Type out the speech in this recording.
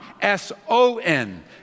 S-O-N